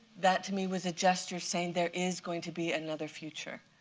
that, to me, was a gesture saying, there is going to be another future,